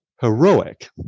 heroic